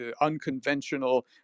unconventional